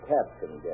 Captain